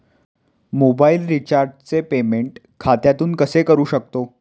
Mobile रिचार्जचे payment खात्यातून कसे करू शकतो?